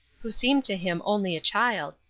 who seemed to him only a child,